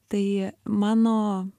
tai mano